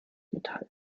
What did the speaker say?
metall